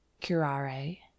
curare